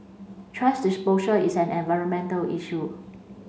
thrash disposal is an environmental issue